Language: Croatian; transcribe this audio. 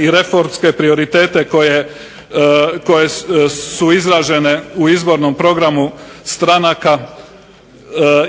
i reformske prioritete koje su izražene u izbornom programu stranaka